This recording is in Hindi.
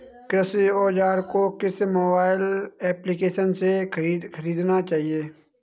कृषि औज़ार को किस मोबाइल एप्पलीकेशन से ख़रीदना चाहिए?